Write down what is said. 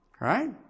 Right